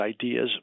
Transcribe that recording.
ideas